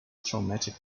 traumatic